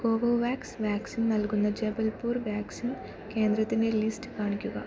കോവോ wax vaccine നൽകുന്ന Jabalpur vaccine കേന്ദ്രത്തിൻ്റെ list കാണിക്കുക